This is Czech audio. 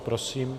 Prosím.